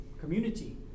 community